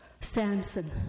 Samson